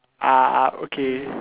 ah okay